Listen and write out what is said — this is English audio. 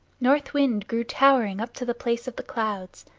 north wind grew towering up to the place of the clouds.